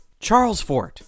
Charlesfort